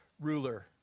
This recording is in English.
ruler